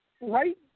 Right